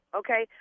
okay